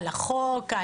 על החוק.